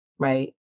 right